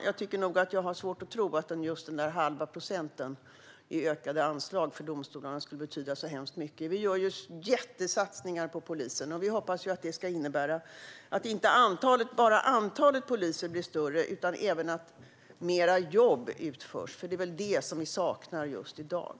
Jag har svårt att tro att just den halva procenten i ökade anslag till domstolarna skulle betyda så hemskt mycket. Vi gör jättesatsningar på polisen. Vi hoppas att detta inte bara ska innebära att antalet poliser blir större utan även att mer jobb utförs, för det är väl det som vi saknar i dag.